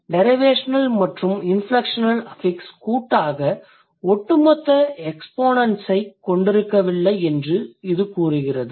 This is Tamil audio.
டிரைவேஷனல் மற்றும் இன்ஃப்லெக்ஷனல் அஃபிக்ஸ் கூட்டாக ஒட்டுமொத்த எக்ஸ்பொனெண்ட்ஸ் ஐக் கொண்டிருக்கவில்லை என்று இது கூறுகிறது